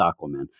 Aquaman